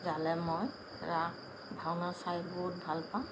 গ'লে মই ৰাস ভাওনা চাই বহুত ভালপাওঁ